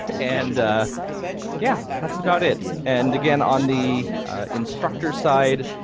and yeah that's about it, and again on the instructor side,